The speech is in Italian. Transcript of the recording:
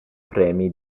premi